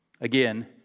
Again